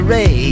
Ray